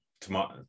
tomorrow